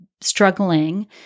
struggling